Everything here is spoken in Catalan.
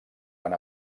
van